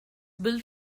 built